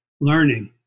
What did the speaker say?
learning